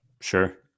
Sure